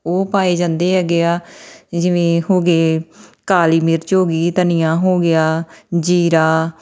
ਉਹ ਪਾਏ ਜਾਂਦੇ ਹੈਗੇ ਆ ਜਿਵੇਂ ਹੋ ਗਏ ਕਾਲੀ ਮਿਰਚ ਹੋ ਗਈ ਧਨੀਆ ਹੋ ਗਿਆ ਜੀਰਾ